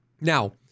Now